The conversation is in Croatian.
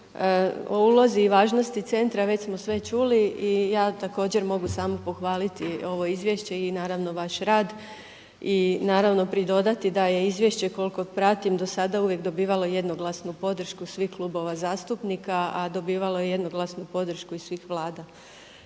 o ulozi i važnosti centra već smo sve čuli i ja također mogu samo pohvaliti ovo izvješće i naravno vaš rad i naravno pridodati da je izvješće koliko pratim dosada uvijek dobivalo jednoglasnu podršku svih klubova zastupnika a dobivalo je jednoglasnu podršku i svih Vlada.